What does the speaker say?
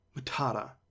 Matata